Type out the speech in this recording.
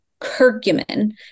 curcumin